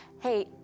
Hey